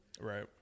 Right